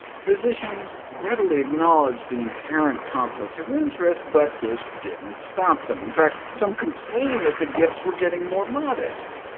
physicians readily acknowledged the inherent conflict of interest, but this didn't stop them in fact some complained that the gifts were getting more modest.